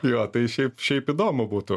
jo tai šiaip šiaip įdomu būtų